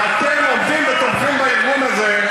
ואתם עומדים ותומכים בארגון הזה.